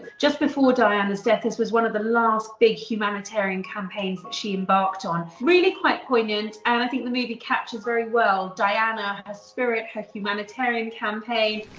just before diana's death. this was one of the last big humanitarian campaigns that she embarked on. really, quite poignant and i think the movie captures very well diana, her spirit, her humanitarian campaign.